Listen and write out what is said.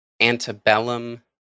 Antebellum